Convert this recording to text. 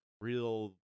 real